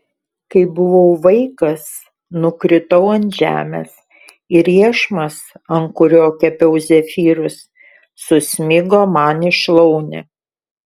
kai buvau vaikas nukritau ant žemės ir iešmas ant kurio kepiau zefyrus susmigo man į šlaunį